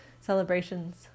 celebrations